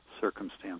circumstance